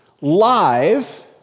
live